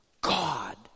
God